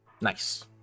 nice